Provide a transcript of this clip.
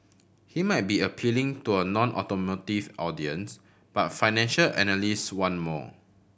he might be appealing to a nonautomotive audience but financial analyst want more